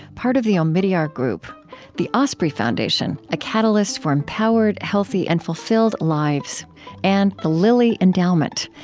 part of the omidyar group the osprey foundation a catalyst for empowered, healthy, and fulfilled lives and the lilly endowment,